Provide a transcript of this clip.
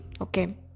okay